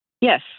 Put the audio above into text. Yes